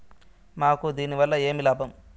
మాకు దీనివల్ల ఏమి లాభం